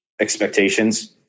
expectations